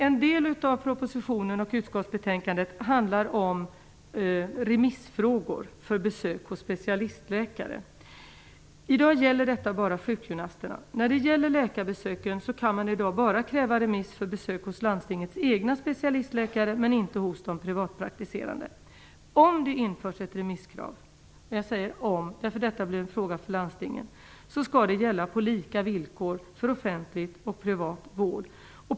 En del av propositionen och utskottsbetänkandet handlar om krav på remiss för besök hos specialistläkare. I dag gäller detta bara sjukgymnasterna. När det gäller läkarbesök kan man i dag bara kräva remiss för besök hos landstingets egna specialistläkare, men inte hos de privatpraktiserande. Om det införs ett remisskrav - jag säger om, för detta blir en fråga för landstingen - skall det gälla på lika villkor för offentlig och privat vård.